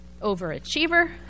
overachiever